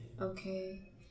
Okay